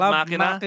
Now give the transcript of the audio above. Makina